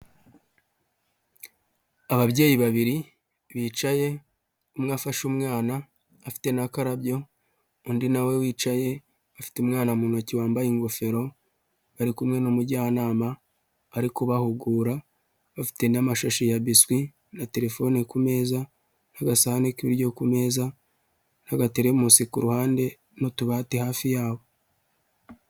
Ababyeyi babiri bicaye umwe afashe umwana afite n'akarabyo undi nawe wicaye afite umwana mu ntoki wambaye ingofero, bari kumwe n'umujyanama arihugura bafite n'amashashi ya biswi na telefone ku meza n'agasahane k'ibiryo ku meza n'agateremusi kuruhande n'utubati hafi yabo.